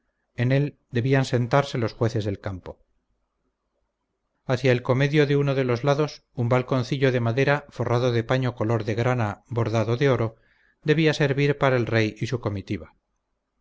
en él debían sentarse los jueces del campo hacia el comedio de uno de los lados un balconcillo de madera forrado de paño color de grana bordado de oro debía servir para el rey y su comitiva